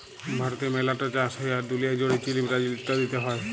ভারতে মেলা ট চাষ হ্যয়, আর দুলিয়া জুড়ে চীল, ব্রাজিল ইত্যাদিতে হ্য়য়